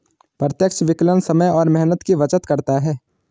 प्रत्यक्ष विकलन समय और मेहनत की बचत करता है